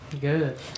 Good